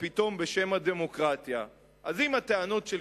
פתאום הטענות הן בשם הדמוקרטיה.